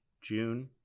June